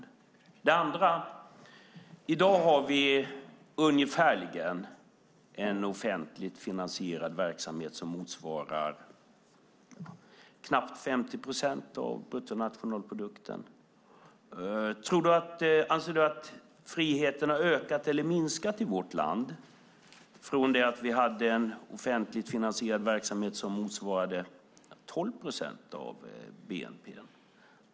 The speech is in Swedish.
För det andra: I dag har vi en offentligt finansierad verksamhet som ungefärligen motsvarar knappt 50 procent av bruttonationalprodukten. Anser Johnny Munkhammar att friheten har ökat eller minskat i vårt land från det att vi hade en offentligt finansierad verksamhet som motsvarade 12 procent av bnp?